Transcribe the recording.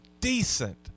decent